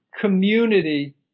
community